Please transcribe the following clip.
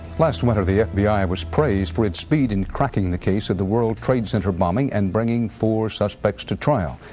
last winter the fbi was praised for its speed in cracking the case of the world trade center bombing and bringing four suspects to trial.